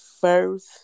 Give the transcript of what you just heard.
first